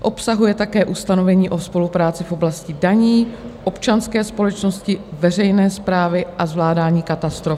Obsahuje také ustanovení o spolupráci v oblasti daní, občanské společnosti, veřejné správy a zvládání katastrof.